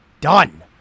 done